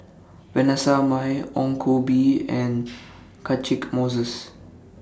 Vanessa Mae Ong Koh Bee and Catchick Moses